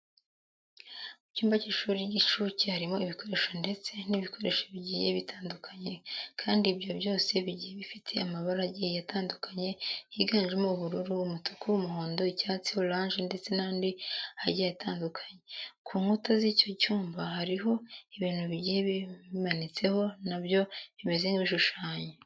Mu cyumba cy'ishuri ry'inshuke harimo ibikinisho ndetse n'ibikoresho bigiye bitandukanye kandi ibyo byose bigiye bifite amabara agiye atandukanye yiganjemo ubururu, umutuku, umuhondo, icyatsi, oranje ndetse n'andi agiye atandukanye. Ku nkuta z'icyo cyumba hariho ibintu bigiye bimanitseho na byo bimeze nk'ibishushanyo.